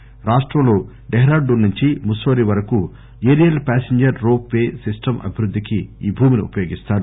ఆ రాష్టంలో డహరాడూన్ నుంచి ముస్పొరి వరకు aerial passenger ropeway system అభివృద్దికి ఈ భూమిని ఉపయోగిస్తారు